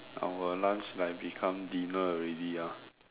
our lunch like become dinner already ah